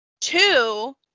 Two